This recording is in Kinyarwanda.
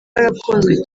arakunzwe